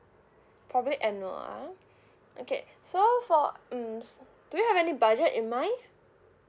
probably annual ah okay so for mm do you have any budget in mind